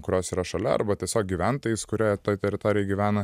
kurios yra šalia arba tiesiog gyventojais kurie toj teritorijoj gyvena